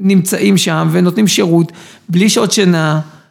‫נמצאים שם ונותנים שירות ‫בלי שעות-שינה.